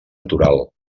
natural